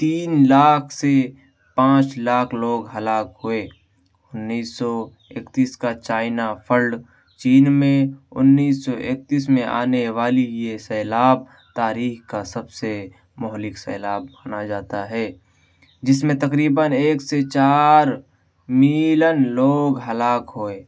تین لاکھ سے پانچ لاکھ لوگ ہلاک ہوئے انیس سو اکتیس کا چائنا فلڈ چین میں انیس سو اکتیس میں آنے والی یہ سیلاب تاریخ کا سب سے مہلک سیلاب مانا جاتا ہے جس میں تقریباً ایک سے چار میلن لوگ ہلاک ہوئے